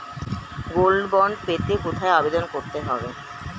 Gold bond পেতে কোথায় আবেদন করতে হবে?